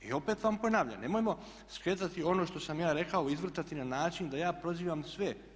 I opet vam ponavljam nemojmo skretati ono što sam ja rekao i izvrtati na način da ja prozivam sve.